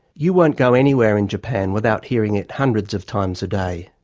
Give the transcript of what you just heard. you won't go anywhere in japan without hearing it hundreds of times a day.